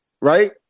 right